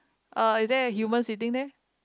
uh is there a human sitting there